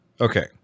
Okay